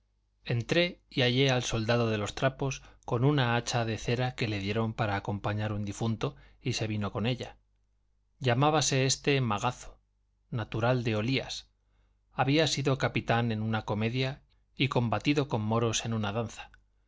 entré y hallé al soldado de los trapos con una hacha de cera que le dieron para acompañar un difunto y se vino con ella llamábase éste magazo natural de olías había sido capitán en una comedia y combatido con moros en una danza